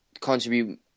contribute